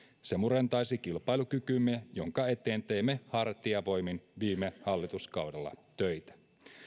se murentaisi kilpailukykymme jonka eteen teimme hartiavoimin viime hallituskaudella töitä